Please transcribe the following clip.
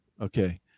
okay